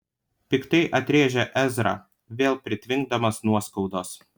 piktai atrėžė ezra vėl pritvinkdamas nuoskaudos